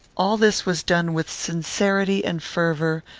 all this was done with sincerity and fervour,